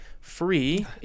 free